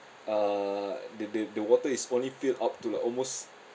err the the the water is only filled up to like almost